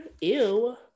Ew